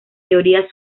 teorías